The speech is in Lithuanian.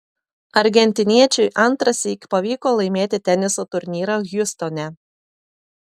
argentiniečiui antrąsyk pavyko laimėti teniso turnyrą hjustone